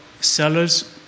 sellers